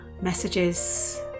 messages